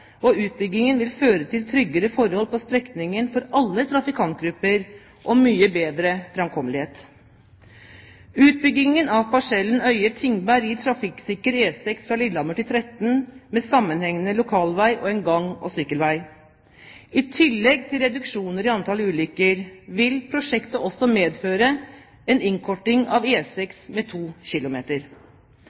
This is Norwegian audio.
og utbyggingen vil føre til tryggere forhold på strekningen for alle trafikantgrupper og mye bedre framkommelighet. Utbyggingen av parsellen Øyer–Tingberg gir trafikksikker E6 fra Lillehammer til Tretten med sammenhengende lokalvei og en gang- og sykkelvei. I tillegg til reduksjoner i antall ulykker vil prosjektet også medføre en innkorting av E6 med 2 km.